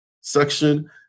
section